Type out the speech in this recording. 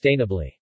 sustainably